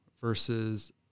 versus